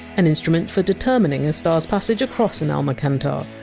an instrument for determining a star! s passage across an almacantar